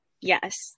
Yes